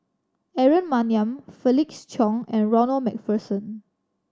Aaron Maniam Felix Cheong and Ronald Macpherson